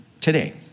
today